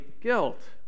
guilt